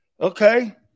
Okay